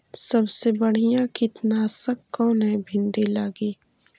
सबसे बढ़िया कित्नासक कौन है भिन्डी लगी?